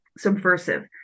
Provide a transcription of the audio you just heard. subversive